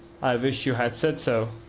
i wish you had said so.